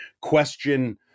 question